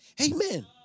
Amen